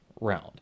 round